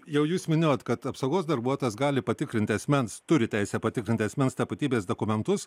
jau jūs minėjot kad apsaugos darbuotojas gali patikrinti asmens turi teisę patikrinti asmens tapatybės dokumentus